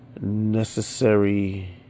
Necessary